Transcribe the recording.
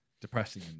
depressing